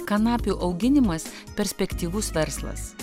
kanapių auginimas perspektyvus verslas